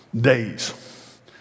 days